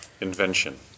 invention